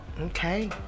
okay